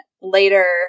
later